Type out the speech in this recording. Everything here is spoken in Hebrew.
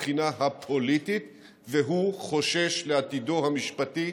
מהבחינה הפוליטית והוא חושש לעתידו המשפטי.